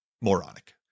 moronic